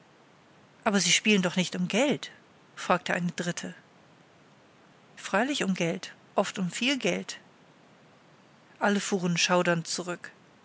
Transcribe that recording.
aber sie spielen doch nicht um geld fragte eine dritte freilich um geld oft um viel geld alle fuhren schaudernd zurück